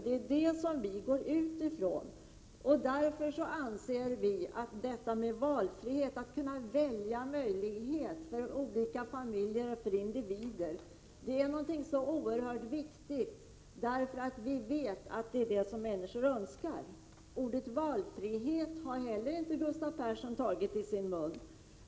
Det är det vi går utifrån, och därför anser vi att valfriheten är så oerhört viktig. Familjer och individer skall ges möjlighet att välja, och vi vet att det är vad människor önskar. Ordet valfrihet har Gustav Persson inte tagit i sin mun.